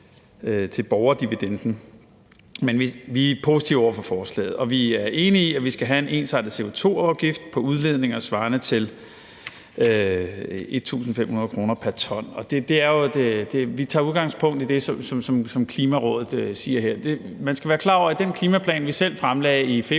til borgerdividenden. Men vi er positive over for forslaget, og vi er enige i, at vi skal have en ensartet CO2-afgift på udledninger svarende til 1.500 kr. pr. ton. Og her tager vi udgangspunkt i det, som Klimarådet siger. Man skal være klar over, at i den klimaplan, som vi selv fremlagde i februar